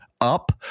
up